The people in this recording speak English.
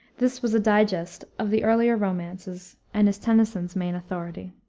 this was a digest of the earlier romances and is tennyson's main authority.